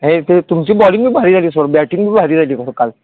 होय ते तुमची बॉलिंग बी भारी झाली सोडा बॅटिंग बी भारी झाली बाबा काल